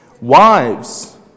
wives